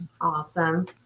Awesome